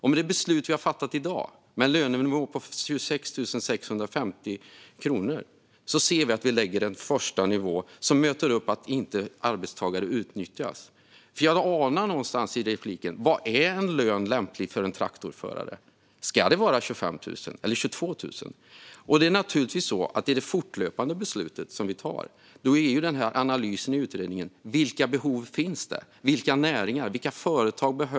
Med det beslut som vi har fattat i dag om en lönenivå på 26 560 kronor lägger vi en första nivå för att se till att arbetstagare inte utnyttjas. Jag anar någonstans i repliken frågan: Vad är en lämplig lön för en traktorförare? Ska det vara 25 000, eller kanske 22 000? Vi fattar beslut fortlöpande, och det är naturligtvis så att vi analyserar och utreder vilka behov det finns hos näringar och företag.